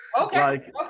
Okay